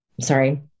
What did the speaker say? sorry